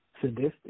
sadistic